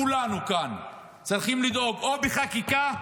כולנו כאן צריכים לדאוג, או בחקיקה,